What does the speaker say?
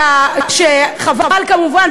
חבל כמובן,